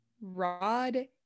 Rod